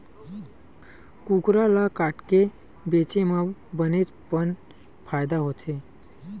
कुकरा ल काटके बेचे म बनेच पन फायदा होथे